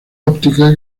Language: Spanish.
óptica